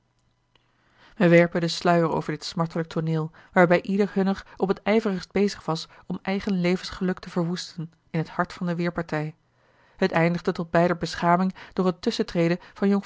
wij werpen den sluier over dit smartelijk tooneel waarbij ieder hunner op het ij verigst bezig was om eigen levensgeluk te verwoesten in het hart van de weêrpartij het eindigde tot beider beschaming door het tusschentreden van